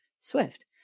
swift